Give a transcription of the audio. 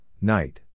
night